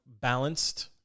balanced